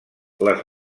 les